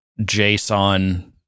JSON